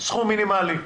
סכום מינימלי?